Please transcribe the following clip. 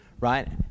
right